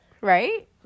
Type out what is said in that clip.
right